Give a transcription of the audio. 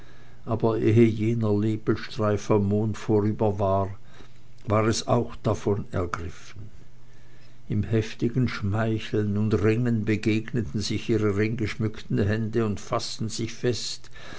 aber ehe jener nebelstreif am monde vorüber war war es auch davon ergriffen im heftigen schmeicheln und ringen begegneten sich ihre ringgeschmückten hände und faßten sich fest